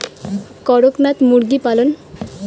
করকনাথ মুরগি পালন?